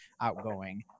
outgoing